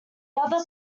other